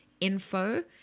info